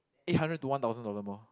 eight hundred to one thousand dollar more